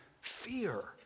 fear